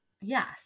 Yes